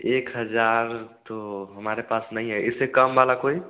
एक हज़ार तो हमारे पास नहीं है इससे कम वाला कोई